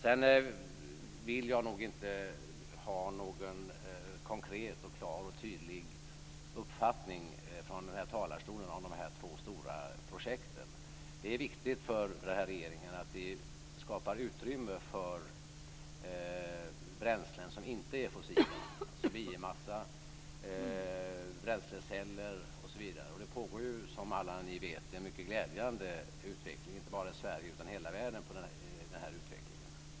Jag vill nog inte ge någon konkret, klar och tydlig uppfattning från denna talarstol om dessa två stora projekt. Det är viktigt för denna regering att skapa utrymme för bränslen som inte är fossila - biomassa, bränsleceller, osv. Det pågår ju som alla ni vet en mycket glädjande utveckling inte bara i Sverige utan i hela världen i fråga om detta.